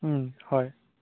হয়